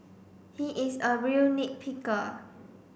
he is a real nit picker